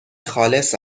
خالص